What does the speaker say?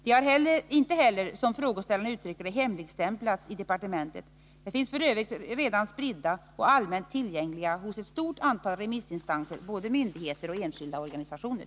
De har inte heller, som frågeställaren uttrycker det, hemligstämplats i departementet. De finns f. ö. redan spridda och allmänt tillgängliga hos ett stort antal remissinstanser, både myndigheter och enskilda organisationer.